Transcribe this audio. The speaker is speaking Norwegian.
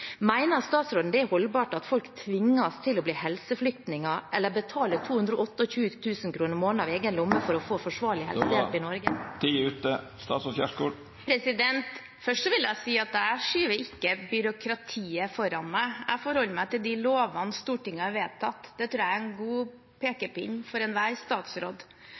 holdbart at folk tvinges til å bli helseflyktninger eller betale 228 000 kr i måneden av egen lomme for å få forsvarlig helsehjelp i Norge? Først vil jeg si at jeg skyver ikke byråkratiet foran meg. Jeg forholder meg til de lovene Stortinget har vedtatt. Det tror jeg er en god pekepinn for enhver statsråd.